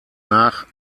nach